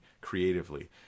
creatively